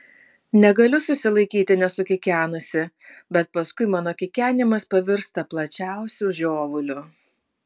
negaliu susilaikyti nesukikenusi bet paskui mano kikenimas pavirsta plačiausiu žiovuliu